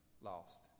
Lost